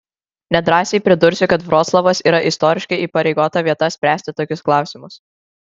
nedrąsiai pridursiu kad vroclavas yra istoriškai įpareigota vieta spręsti tokius klausimus